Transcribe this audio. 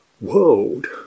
world